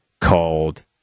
called